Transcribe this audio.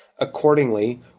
Accordingly